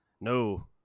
No